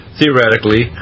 theoretically